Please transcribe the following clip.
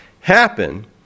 happen